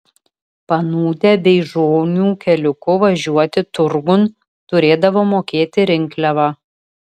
panūdę beižonių keliuku važiuoti turgun turėdavo mokėti rinkliavą